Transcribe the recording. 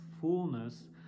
fullness